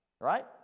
right